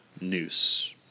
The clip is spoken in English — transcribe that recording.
noose